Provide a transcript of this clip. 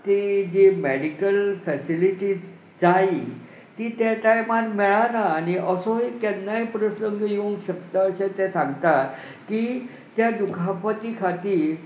ती जी medical facility जाय ती त्या टायमान मेळना आनी असो एक केन्नाय प्रसंग येवंक शकता अशें ते सांगतात की त्या दुखापती खातीर